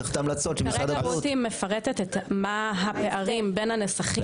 כרגע רותי מפרטת מה הפערים בין הנסחים.